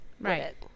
right